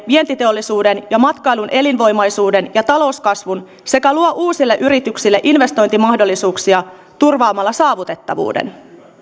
vientiteollisuuden ja matkailun elinvoimaisuuden ja talouskasvun sekä luo uusille yrityksille investointimahdollisuuksia turvaamalla saavutettavuuden